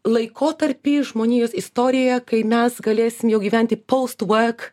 laikotarpį žmonijos istorijoje kai mes galėsim jau gyventi post work